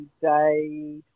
day